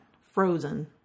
frozen